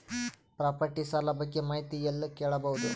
Property ಸಾಲ ಬಗ್ಗೆ ಮಾಹಿತಿ ಎಲ್ಲ ಕೇಳಬಹುದು?